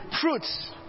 fruits